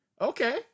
okay